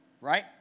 right